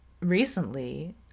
recently